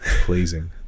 Pleasing